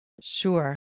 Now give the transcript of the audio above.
Sure